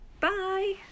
bye